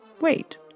Wait